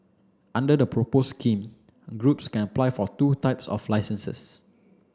under the proposed scheme groups can apply for two types of licences